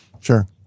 Sure